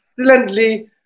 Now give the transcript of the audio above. excellently